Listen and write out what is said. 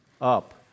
up